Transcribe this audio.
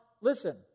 listen